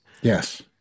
Yes